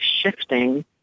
shifting